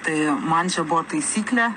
tai man čia buvo taisyklė